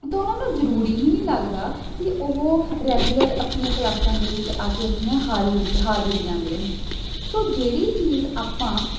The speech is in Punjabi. ਤਾਂ ਉਹਨਾਂ ਨੂੰ ਜ਼ਰੂਰੀ ਹੀ ਨਹੀਂ ਲੱਗਦਾ ਕਿ ਉਹ ਰੈਗੂਲਰ ਆਪਣੀਆਂ ਕਲਾਸਾਂ ਦੇ ਵਿੱਚ ਆ ਕੇ ਆਪਣੀਆਂ ਹਾਜ਼ ਹਾਜ਼ਰੀਆਂ ਦੇਣ ਸੋ ਜਿਹੜੀ ਚੀਜ਼ ਆਪਾਂ